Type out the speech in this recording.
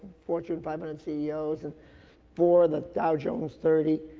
fortune five hundred ceos and for the dow jones thirty.